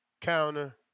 counter